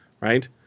right